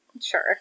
Sure